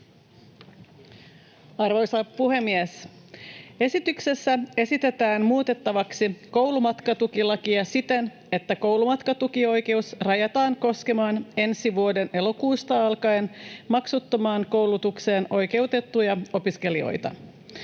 Arvoisa puhemies! Esityksessä esitetään muutettavaksi koulumatkatukilakia siten, että koulumatkatukioikeus rajataan koskemaan ensi vuoden elokuusta alkaen maksuttomaan koulutukseen oikeutettuja opiskelijoita.